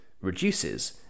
reduces